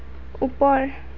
ওপৰ